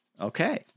Okay